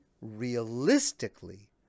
realistically